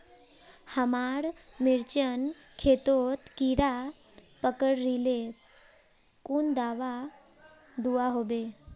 हमार मिर्चन खेतोत कीड़ा पकरिले कुन दाबा दुआहोबे?